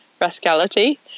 Rascality